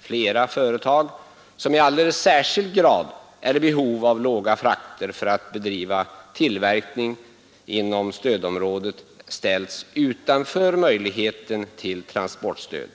flera företag, som i alldeles särskild grad är i behov av låga fraktkostnader för att bedriva tillverkning inom stödområdet, ställts utanför möjligheten till transportstöd.